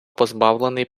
позбавлений